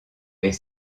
est